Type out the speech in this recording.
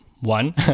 one